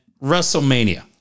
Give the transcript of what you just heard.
WrestleMania